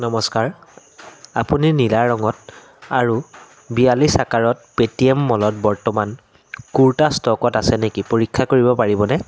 নমস্কাৰ আপুনি নীলা ৰঙত আৰু বিয়াল্লিছ আকাৰত পেটিএম মলত বৰ্তমান কুৰ্তা ষ্টকত আছে নেকি পৰীক্ষা কৰিব পাৰিবনে